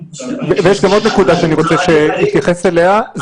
ויש גם עוד נקודה שאני רוצה שהוא יתייחס אליה,